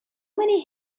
many